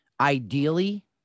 ideally